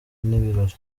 n’ibirori